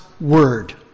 Word